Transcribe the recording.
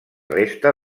resta